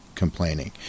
complaining